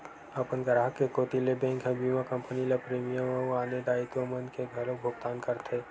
अपन गराहक के कोती ले बेंक ह बीमा कंपनी ल प्रीमियम अउ आने दायित्व मन के घलोक भुकतान करथे